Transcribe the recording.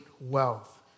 wealth